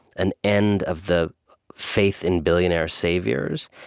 an end of the faith in billionaire saviors,